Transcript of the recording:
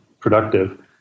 productive